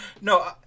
No